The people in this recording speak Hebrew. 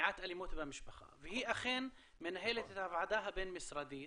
מניעת אלימות במשפחה והיא אכן מנהלת את הוועדה הבין משרדית